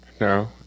no